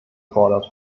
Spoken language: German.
gefordert